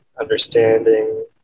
understanding